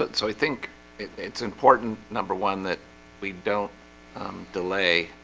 but so i think it's important number one that we don't delay,